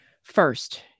First